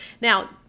now